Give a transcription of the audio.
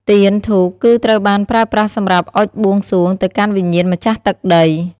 ទៀន ធូបគឺ ត្រូវបានប្រើប្រាស់សម្រាប់អុជបួងសួងទៅកាន់វិញ្ញាណម្ចាស់ទឹកដី។